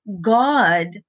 God